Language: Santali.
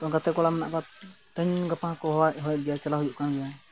ᱛᱚ ᱜᱟᱛᱮ ᱠᱚᱲᱟ ᱢᱮᱱᱟᱜ ᱠᱚᱣᱟ ᱛᱮᱦᱮᱧ ᱜᱟᱯᱟ ᱦᱚᱸᱠᱚ ᱦᱚᱦᱚ ᱦᱚᱦᱚᱭᱮᱫ ᱜᱮᱭᱟ ᱪᱟᱞᱟᱣ ᱦᱩᱭᱩᱜ ᱠᱟᱱ ᱜᱮᱭᱟ